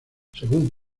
según